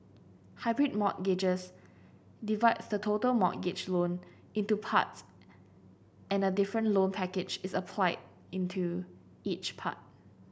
hybrid mortgages divides the total mortgage loan into parts and a different loan package is applied into each part